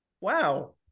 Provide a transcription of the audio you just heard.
Wow